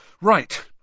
Right